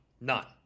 None